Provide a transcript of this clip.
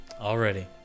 Already